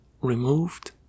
removed